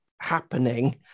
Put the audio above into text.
happening